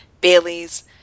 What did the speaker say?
Bailey's